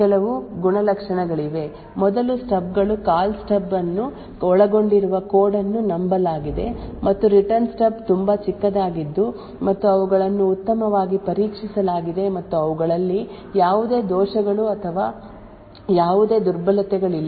ಆದ್ದರಿಂದ ಈಗ ಈ ಸ್ಟಬ್ ಗಳಿಗೆ ಕೆಲವು ಗುಣಲಕ್ಷಣಗಳಿವೆ ಮೊದಲು ಸ್ಟಬ್ ಗಳು ಕಾಲ್ ಸ್ಟಬ್ ಅನ್ನು ಒಳಗೊಂಡಿರುವ ಕೋಡ್ ಅನ್ನು ನಂಬಲಾಗಿದೆ ಮತ್ತು ರಿಟರ್ನ್ ಸ್ಟಬ್ ತುಂಬಾ ಚಿಕ್ಕದಾಗಿದ್ದು ಮತ್ತು ಅವುಗಳನ್ನು ಉತ್ತಮವಾಗಿ ಪರೀಕ್ಷಿಸಲಾಗಿದೆ ಮತ್ತು ಅವುಗಳಲ್ಲಿ ಯಾವುದೇ ದೋಷಗಳು ಅಥವಾ ಯಾವುದೇ ದುರ್ಬಲತೆಗಳಿಲ್ಲ ಎರಡನೆಯದಾಗಿ ಈ ಸ್ಟಬ್ ಗಳು ಫಾಲ್ಟ್ ಡೊಮೇನ್ ಹೊರಗೆ ಇರುತ್ತವೆ